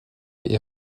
est